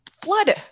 flood